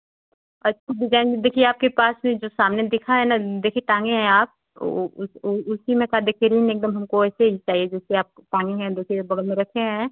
अच्छी डिजाइन देखिए आपके पास जो सामने दिखा है ना देखिए टांगे हैं आप ओ वह उसी में का देखिए रिंग एकदम हमको वैसे ही चाहिए जैसे आपका पहनी हैं देखिए बगल में रखे हैं